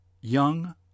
young